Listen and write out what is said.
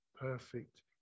perfect